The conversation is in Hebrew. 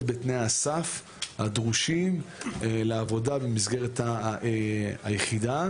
בתנאי הסף הדרושים לעבודה במסגרת היחידה.